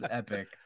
epic